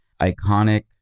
iconic